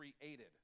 created